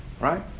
Right